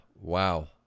Wow